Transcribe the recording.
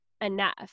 enough